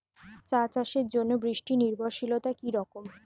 চা চাষের জন্য বৃষ্টি নির্ভরশীলতা কী রকম?